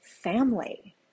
family